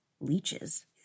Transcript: leeches